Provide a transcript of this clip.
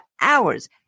hours